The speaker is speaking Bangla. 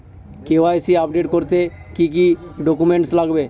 কে.ওয়াই.সি আপডেট করতে কি কি ডকুমেন্টস লাগবে?